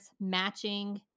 matching